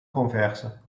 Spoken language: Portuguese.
conversa